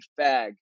fag